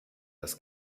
das